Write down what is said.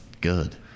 good